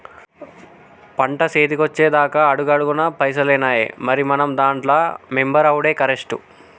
పంట సేతికొచ్చెదాక అడుగడుగున పైసలేనాయె, మరి మనం దాంట్ల మెంబరవుడే కరెస్టు